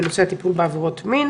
בנושא טיפול בעבירות מין